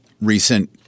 recent